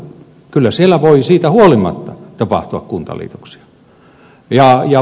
kyllä siellä voi siitä huolimatta tapahtua kuntaliitoksia